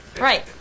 Right